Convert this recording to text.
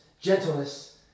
gentleness